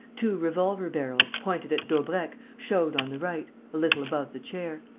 two revolver-barrels, pointed at daubrecq, showed on the right, a little above the chair.